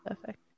Perfect